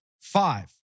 five